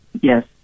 Yes